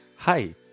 Hi